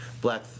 black